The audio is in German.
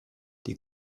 die